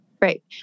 right